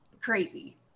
crazy